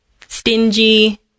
stingy